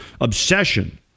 obsession